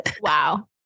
Wow